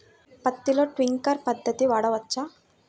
పత్తిలో ట్వింక్లర్ పద్ధతి వాడవచ్చా?